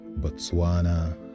Botswana